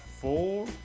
four